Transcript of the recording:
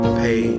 pay